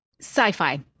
Sci-fi